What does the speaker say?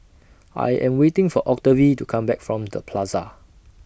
I Am waiting For Octavie to Come Back from The Plaza